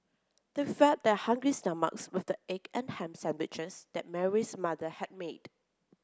they fed their hungry stomachs with the egg and ham sandwiches that Mary's mother had made